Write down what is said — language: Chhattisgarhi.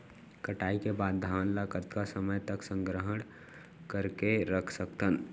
कटाई के बाद धान ला कतका समय तक संग्रह करके रख सकथन?